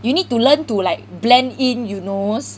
you need to learn to like blend in you knows